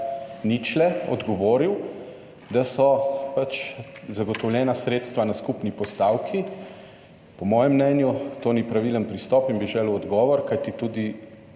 ničle, odgovoril, da so sredstva zagotovljena na skupni postavki. Po mojem mnenju to ni pravilen pristop in bi želel odgovor. Kajti tudi